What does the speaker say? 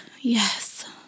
Yes